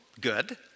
Good